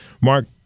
Mark